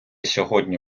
сьогодні